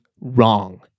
wrong